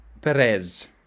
Perez